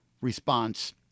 response